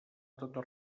tota